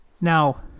Now